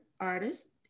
artist